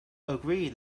agree